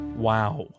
Wow